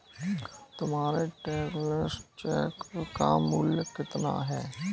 तुम्हारे travellers cheque का मूल्य कितना है?